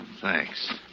Thanks